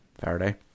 Faraday